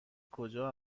کجا